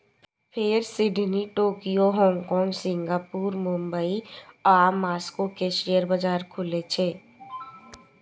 फेर Sydney, Tokyo, Hong Kong, Singapore, Mumbai आ Moscow के शेयर बाजार खुलै छै